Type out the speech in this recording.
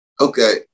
okay